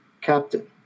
Captain